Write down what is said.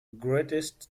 greatest